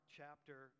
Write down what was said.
chapter